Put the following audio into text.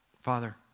Father